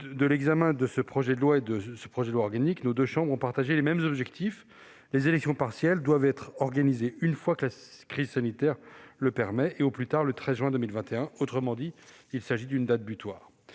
de l'examen de ce projet de loi et de ce projet de loi organique, les deux chambres ont partagé les mêmes objectifs : les élections partielles doivent être organisées une fois que la crise sanitaire le permettra, et au plus tard le 13 juin 2021. Autrement dit, il s'agit d'une date butoir.